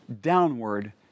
downward